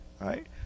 right